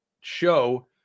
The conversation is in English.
show